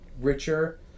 richer